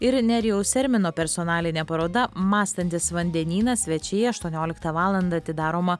ir nerijaus ermino personalinė paroda mąstantis vandenynas svečiai aštuonioliktą valandą atidaroma